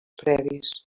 previs